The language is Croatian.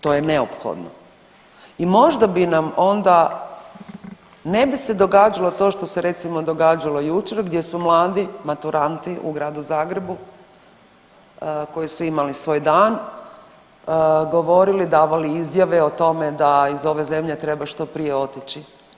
To je neophodno i možda bi nam onda, ne bi se događalo to što se recimo događalo jučer, gdje su mladi maturanti u Gradu Zagrebu koji su imali svoj dan govorili i davali izjave o tome da iz ove zemlje treba što prije otići.